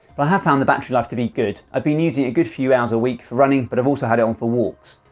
but i have found the battery life to be good i've been using a good few hours a week, for running but i've also had it on for walks.